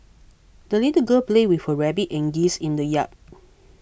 the little girl played with her rabbit and geese in the yard